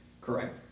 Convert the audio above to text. Correct